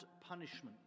punishment